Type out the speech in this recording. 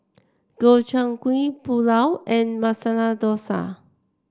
Gobchang Gui Pulao and Masala Dosa